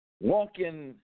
walking